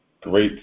great